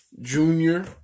Junior